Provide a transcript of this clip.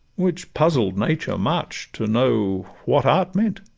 which puzzled nature much to know what art meant.